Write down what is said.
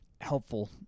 helpful